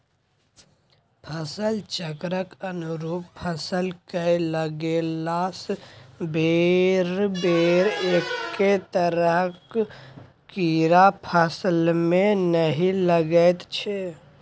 फसल चक्रक अनुरूप फसल कए लगेलासँ बेरबेर एक्के तरहक कीड़ा फसलमे नहि लागैत छै